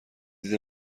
دید